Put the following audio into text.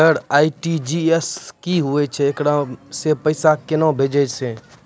Sir RTGS की होय छै, एकरा से पैसा केना भेजै छै?